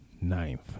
ninth